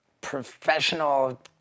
professional